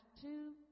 two